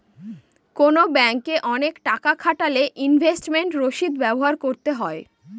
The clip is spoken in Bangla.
কোনো ব্যাঙ্কে অনেক টাকা খাটালে ইনভেস্টমেন্ট রসিদ ব্যবহার করতে হয়